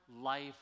life